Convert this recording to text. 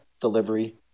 delivery